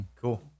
Cool